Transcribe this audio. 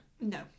no